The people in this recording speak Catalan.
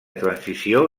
transició